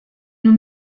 nous